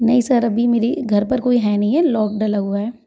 नहीं सर अभी मेरे घर पर कोई है नहीं है लॉक डला हुआ है